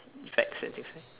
effects and things like that